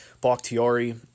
Bakhtiari